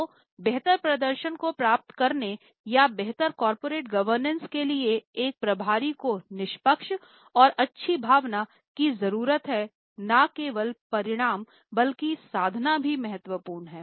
तो बेहतर प्रदर्शन को प्राप्त करने या बेहतर कॉर्पोरेट गवर्नेंस के लिए एक प्रभारी को निष्पक्ष और अच्छी भावना की जरूरत हैं ना केवल परिणाम बल्कि साधन भी महत्वपूर्ण हैं